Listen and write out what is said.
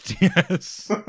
Yes